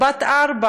היא בת ארבע.